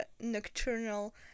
nocturnal